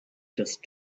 just